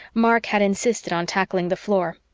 mark had insisted on tackling the floor.